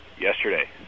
yesterday